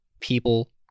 people